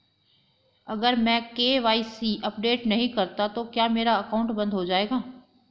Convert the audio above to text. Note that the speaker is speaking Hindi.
अगर मैं के.वाई.सी अपडेट नहीं करता तो क्या मेरा अकाउंट बंद हो जाएगा?